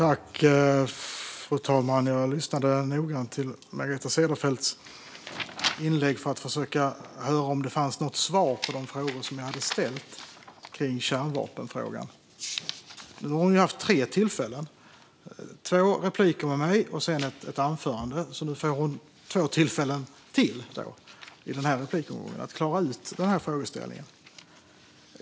Fru talman! Jag lyssnade noggrant till Margareta Cederfelts inlägg för att försöka höra om det fanns svar på de frågor som jag hade ställt angående kärnvapen. Hon har haft tre tillfällen att svara: två repliker till mig och sedan ett huvudanförande. I den här replikomgången får hon två tillfällen till att klara ut denna frågeställning.